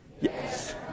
Yes